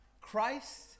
christ